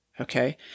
okay